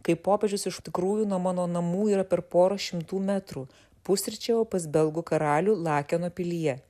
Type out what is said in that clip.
kai popiežius iš tikrųjų nuo mano namų yra per porą šimtų metrų pusryčiavo pas belgų karalių lakeno pilyje